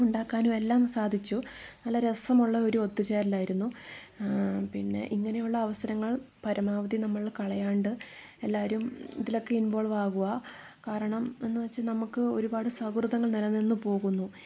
ഉണ്ടാക്കാനും എല്ലാം സാധിച്ചു നല്ല രസമുള്ള ഒരു ഒത്തുചേരൽ ആയിരുന്നു പിന്നെ ഇങ്ങനെയുള്ള അവസരങ്ങൾ പരമാവധി നമ്മൾ കളയാണ്ട് എല്ലാരും ഇതിലൊക്കെ ഇൻവോൾവ് ആവുക കാരണം എന്ന് വെച്ചാൽ നമുക്ക് ഒരുപാട് സൗഹൃദങ്ങൾ നില നിന്ന് പോവുന്നു